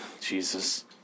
Jesus